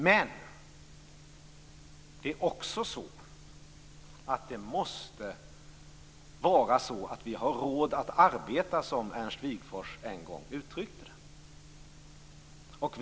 Men det måste också vara så att vi har råd att arbeta, som Ernst Wigforss en gång uttryckte det.